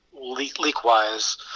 leak-wise